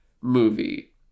movie